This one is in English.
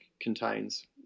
contains